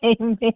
Amen